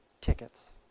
tickets